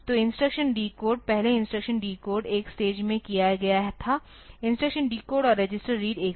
तो instruction decode पहले instruction decode एक स्टेज में किया गया था इंस्ट्रक्शन डिकोड और रजिस्टर रीड एक साथ